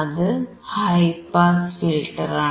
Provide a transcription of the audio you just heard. അത് high pass ഫിൽറ്ററാണ്